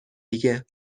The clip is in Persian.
دیگه